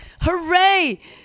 Hooray